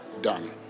done